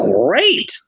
great